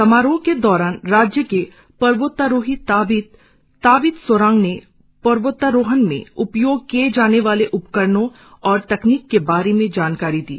समारोह के दौरान राज्य के पर्वोतारोही ताबित सोरांग ने पर्वोता रोहण में उपयोग किये जाने वाले उपकरणों और तकनिक के बारे में जानकारी दी